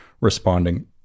responding